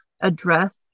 address